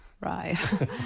Right